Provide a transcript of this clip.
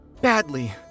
badly